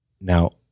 Now